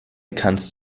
kannst